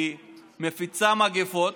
היא מפיצה מגפות,